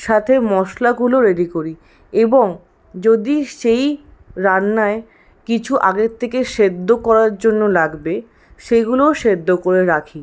সাথে মশলাগুলো রেডি করি এবং যদি সেই রান্নায় কিছু আগের থেকে সেদ্ধ করার জন্য লাগবে সেগুলোও সেদ্ধ করে রাখি